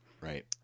Right